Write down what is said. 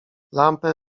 lampę